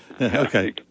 Okay